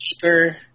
Keeper